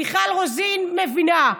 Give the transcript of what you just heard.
מיכל רוזין מבינה,